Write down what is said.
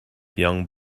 young